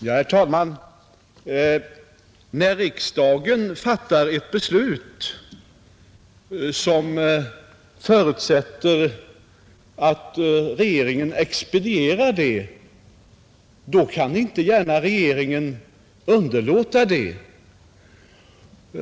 Herr talman! När riksdagen fattar ett beslut, som regeringen skall expediera, kan regeringen inte gärna underlåta detta.